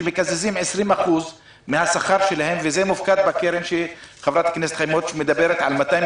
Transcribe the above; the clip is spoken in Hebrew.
שמקוזז מהשכר שלהם ומופקד בקרן שחברת הכנסת חיימוביץ' מדברת עליה,